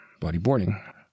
bodyboarding